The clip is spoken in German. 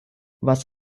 was